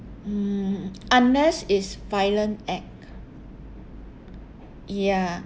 mm unless it's violent act ya